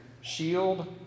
shield